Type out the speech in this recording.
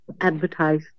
advertise